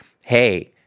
hey